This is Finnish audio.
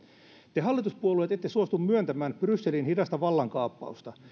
te hallituspuolueet ette suostu myöntämään brysselin hidasta vallankaappausta